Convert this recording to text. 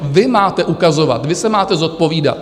Vy máte ukazovat, vy se máte zodpovídat.